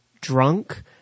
drunk